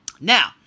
Now